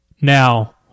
Now